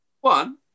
one